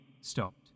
stopped